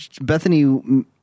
Bethany